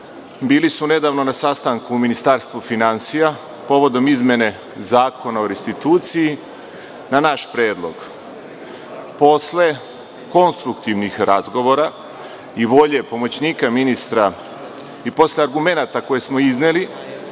bili su nedavno na sastanku u Ministarstvu finansija povodom izmene Zakona o restituciji. Na naš predlog, posle konstruktivnih razgovora i volje pomoćnika ministra, i posle argumenata koje smo izneli,